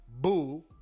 boo